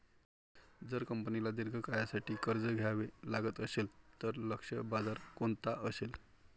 जर कंपनीला दीर्घ काळासाठी कर्ज घ्यावे लागत असेल, तर लक्ष्य बाजार कोणता असेल?